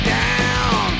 down